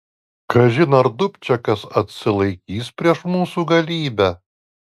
kažin ar dubčekas atsilaikys prieš mūsų galybę